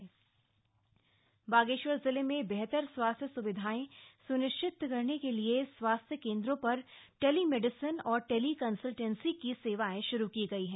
Bageshwar telemedicine Bageshwar जिले में बेहतर स्वास्थ्य सुविधायें सुनिश्चित कराने के लिए स्वास्थ्य केन्द्रों पर टेलीमेडिसन और टेली कंस्लटेंसी की सेवाएं शुरू की गयी है